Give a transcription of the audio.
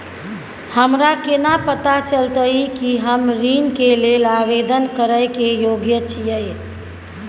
हमरा केना पता चलतई कि हम ऋण के लेल आवेदन करय के योग्य छियै?